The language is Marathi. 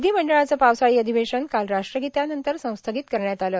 विधिमंडळाचं पावसाळी अधिवेशन काल राष्ट्रगीतानंतर संस्थगित करण्यात आलं